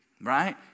right